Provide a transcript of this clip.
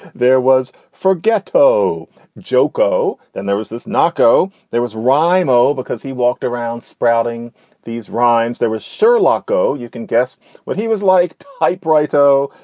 there was forget. toe joco. then there was this nocco. there was rhino because he walked around sprouting these rhymes. there was sherlock. so you can guess what he was like. type righto.